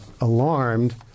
alarmed